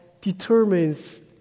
determines